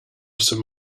some